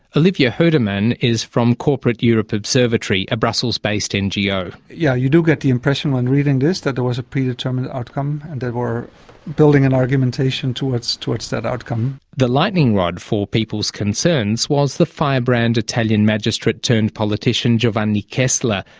olivier hoedeman is from corporate europe observatory, a brussels-based ngo. yes, yeah you do get the impression when reading this that there was a predetermined outcome and were building an argumentation towards towards that outcome. the lightning rod for people's concerns was the firebrand italian magistrate turned politician giovanni kessler,